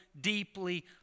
deeply